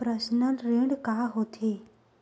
Personal ऋण का होथे?